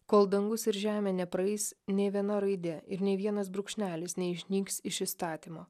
kol dangus ir žemė nepraeis nė viena raidė ir nei vienas brūkšnelis neišnyks iš įstatymo